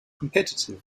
competitive